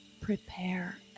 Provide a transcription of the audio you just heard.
prepare